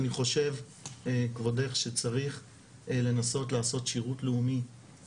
אני חושב כבודך שצריך לנסות לעשות שירות לאומי